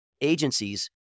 agencies